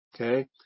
okay